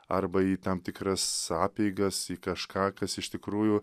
arba į tam tikras apeigas į kažką kas iš tikrųjų